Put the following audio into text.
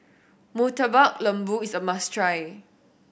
Murtabak Lembu is a must try